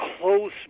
close